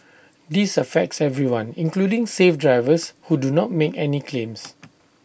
this affects everyone including safe drivers who do not make any claims